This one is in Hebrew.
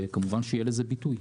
וכמובן שיהיה לזה ביטוי.